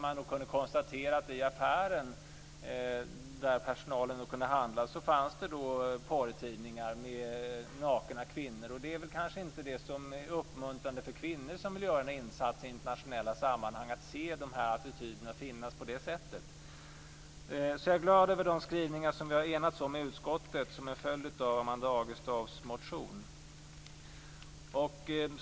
Jag kunde konstatera att det i affären där personalen kunde handla fanns porrtidningar med nakna kvinnor, och det är kanske inte uppmuntrande för kvinnor som vill göra en insats i internationella sammanhang att se de här attityderna finnas på det sättet. Jag är därför glad över de skrivningar vi har enats om i utskottet som en följd av Amanda Agestavs motion.